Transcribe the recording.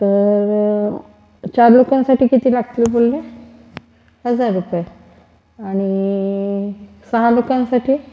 तर चार लोकांसाठी किती लागतील बोलले हजार रुपये आणि सहा लोकांसाठी